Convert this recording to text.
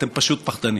אתם פשוט פחדנים.